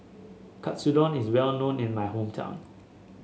Katsudon is well known in my hometown